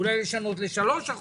אולי לשנות ל-3%.